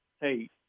hey